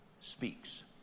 speaks